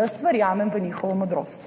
Jaz verjamem v njihovo modrost.